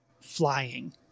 flying